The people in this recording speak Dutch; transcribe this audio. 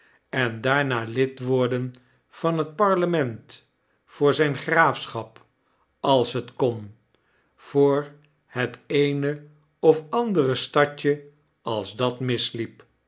en daarna lid yorden van het parlement voor zijn graafschap is het kon voor het eene of andere stadje als at misliep